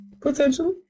potentially